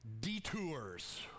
detours